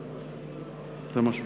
ההצהרה)